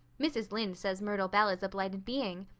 mrs. lynde says myrtle bell is a blighted being.